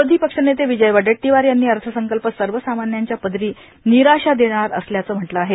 विरोधी पक्षनेते विजय वडेट्टीवार यांनी अर्थसंकल्प सर्व सामान्यांच्या पदरी निराशा देणारा असल्याचं म्हटलं आहे